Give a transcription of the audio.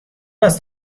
است